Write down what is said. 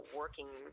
working